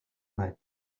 might